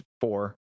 four